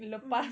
mm